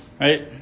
right